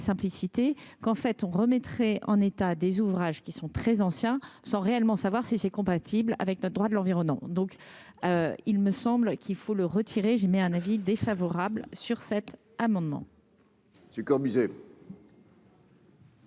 qu'en fait on remettrait en état des ouvrages qui sont très anciens, sans réellement savoir si c'est compatible avec notre droit de l'environnement, donc il me semble qu'il faut le retirer, j'émets un avis défavorable sur cet amendement.